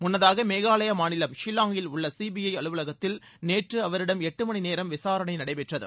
முன்னதாக மேகாலயா மாநிலம் ஷில்வாங்கில் உள்ள சிபிஐ அலுவலகத்தில் நேற்று அவரிடம் எட்டு மணிநேரம் விசாரணை நடைபெற்றது